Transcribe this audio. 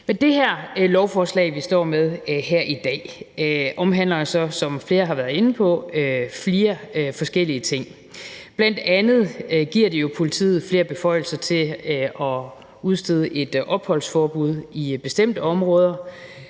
Det her lovforslag, vi står med her i dag, indeholder så, som flere har været inde på, fire forskellige ting. Bl.a. giver det jo politiet flere beføjelser til at udstede et opholdsforbud i bestemte områder.